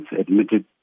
admitted